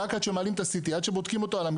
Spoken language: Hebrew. רק עד שמעלים את הסי-טי,